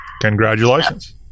Congratulations